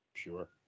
Sure